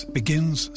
begins